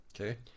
Okay